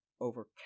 over